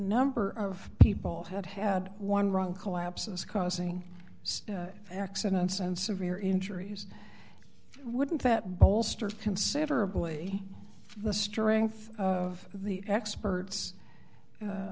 number of people had had one wrong collapses causing accidents and severe injuries wouldn't that bolster considerably the strength of the expert